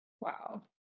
Wow